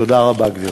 תודה רבה, גברתי.